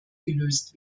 gelöst